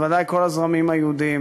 בוודאי כל הזרמים היהודיים,